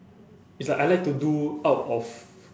it's like I like to do out of